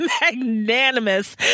Magnanimous